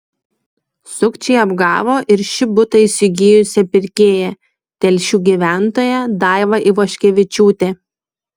sukčiai apgavo ir šį butą įsigijusią pirkėją telšių gyventoją daivą ivoškevičiūtę